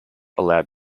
allowed